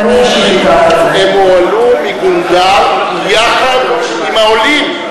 אבל אני, אבל הם הועלו מגונדר יחד עם העולים.